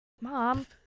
Mom